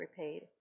repaid